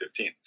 2015